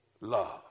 love